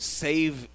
save